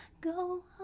go